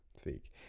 speak